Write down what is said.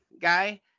guy